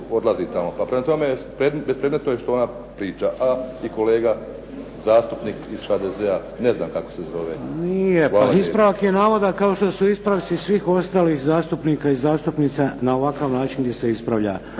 odlazi tamo. Prema tome, bespredmetno je što ona priča i kolega zastupnik iz HDZ-a, ne znam kako se zove. **Šeks, Vladimir (HDZ)** Nije, ispravak je navoda kao što su ispravci svih zastupnika i zastupnica na ovakav način gdje se ispravlja.